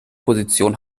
position